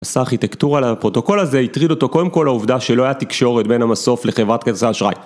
עשה ארכיטקטורה לפרוטוקול הזה הטריד אותו קודם כל העובדה שלא היה תקשורת בין המסוף לחברת האשראי.